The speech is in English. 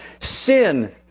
sin